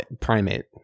primate